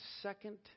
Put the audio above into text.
second